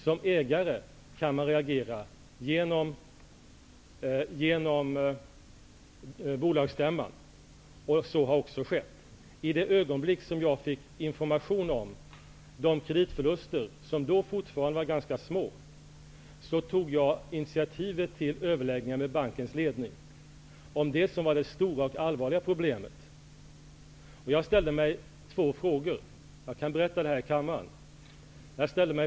Som ägare kan man reagera genom bolagsstämman. Så har också skett. I det ögonblick som jag fick information om de kreditförluster som då fortfarande var ganska små, tog jag initiativet till överläggningar med bankens ledning om det som var det stora och allvarliga problemet. Jag ställde mig två frågor -- jag kan berätta det här i kammaren: 1.